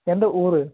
எந்த ஊர்